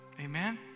Amen